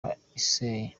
atera